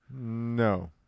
no